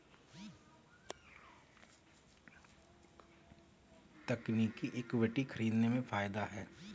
तकनीकी इक्विटी खरीदने में फ़ायदा है